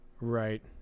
Right